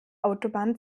autobahn